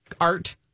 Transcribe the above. Art